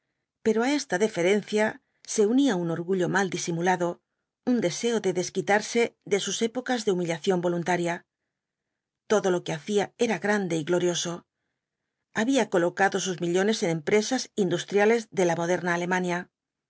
pero á esta deferencia se unía un orgullo mal disimulado un deseo de desquitarse de sus épocas de humillación voluntarla todo lo que hacía era grande y glorioso había colocado sus millones en empresas industriales de la moderna alemania